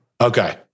Okay